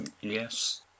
Yes